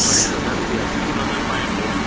अडेज हजार रुपया टू थावजण फाय हंड्रेड